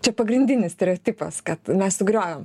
čia pagrindinis stereotipas kad mes sugriovėm